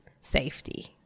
safety